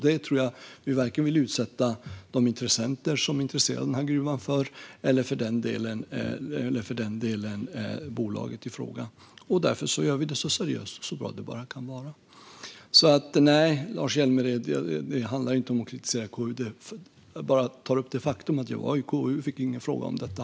Det vill vi inte utsätta intressenterna i gruvärendet eller för den delen bolaget i fråga för. Därför gör vi det så seriöst och bra som det bara kan bli. Nej, Lars Hjälmered, det handlar inte om att kritisera KU. Jag bara tar upp det faktum att jag var i KU och inte fick någon fråga om detta.